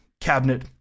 cabinet